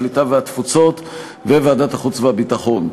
הקליטה והתפוצות וועדת החוץ והביטחון.